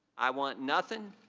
i want nothing,